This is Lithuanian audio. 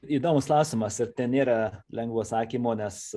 įdomus klausimas ir ten nėra lengvo atsakymo nes